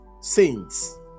saints